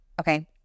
okay